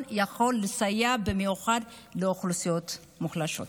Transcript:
יכולים לסייע במיוחד לאוכלוסיות מוחלשות.